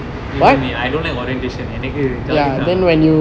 kill me I don't like orientation எனக்கு:enakku jolly தான்:thaan